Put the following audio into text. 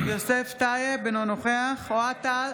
טייב, נגד אוהד טל,